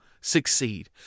succeed